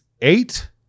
eight